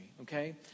okay